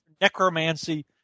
necromancy